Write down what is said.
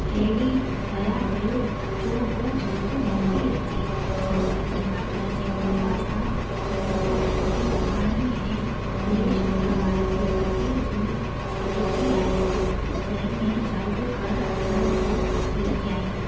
अहिड़ी दया कयो जो हू जल्द मोटी अचे संतोषी माता जे कृपा सां संदसि विनंती अघाणी ऐं ॿिए शुक्रवार ते पतीअ जी चिठी आयसि जंहिं में जल्द घरु अचण जो लिखियई